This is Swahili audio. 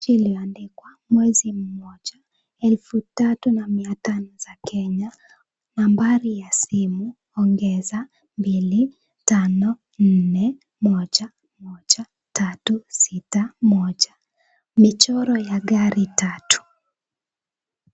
Hili limeandikwa mwezi moja elfu tatu na mia tano za Kenya. Nambari ya simu +25411361 michoro ya gari tatu.